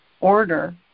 order